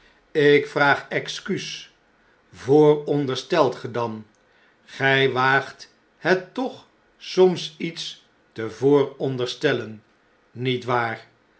lk vraag excuus vooronderstelt ge dan gti waagt het toch soms iets te vooronderstellen niet waar